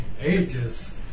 ages